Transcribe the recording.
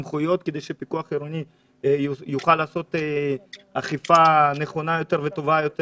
סמכויות כדי שהוא יוכל לעשות אכיפה נכונה יותר וטובה יותר